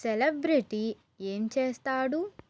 celebrity ఏం చేస్తాడు